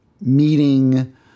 meeting